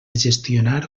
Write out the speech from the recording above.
gestionar